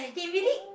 he really